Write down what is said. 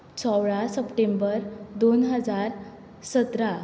सोळा सप्टेंबर दोन हजार सतरा